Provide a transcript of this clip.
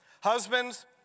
Husbands